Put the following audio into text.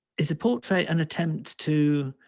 is a portrait and attempt to